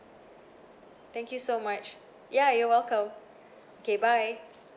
thank you so much ya you're welcome okay bye